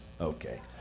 okay